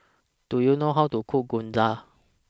Do YOU know How to Cook Gyoza